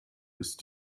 ist